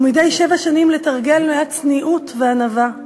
ומדי שבע שנים לתרגל מעט צניעות וענווה,